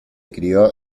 crio